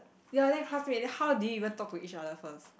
ya then classmate how do you even talk to each other first